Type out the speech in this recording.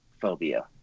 phobia